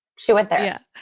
she went there yeah.